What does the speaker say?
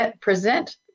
present